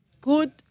good